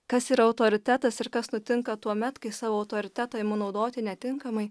kas yra autoritetas ir kas nutinka tuomet kai savo autoriteto imu naudoti netinkamai